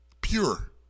Pure